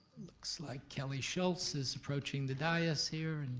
looks like kelly schultz is approaching the dais here. and